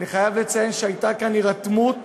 אני חייב לציין שהייתה כאן הירתמות